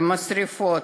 למשרפות,